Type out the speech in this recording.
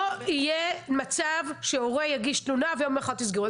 לא יהיה מצב שהורה יגיש תלונה ויום למחרת תסגרו.